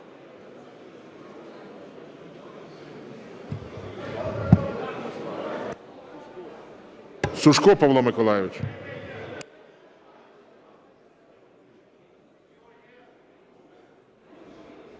Сушко Павло Миколайович.